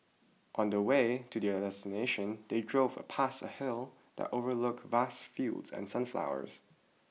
on the way to their destination they drove past a hill that overlook vast fields and sunflowers